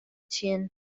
tsjin